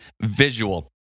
visual